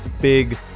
Big